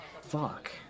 fuck